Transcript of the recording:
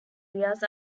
areas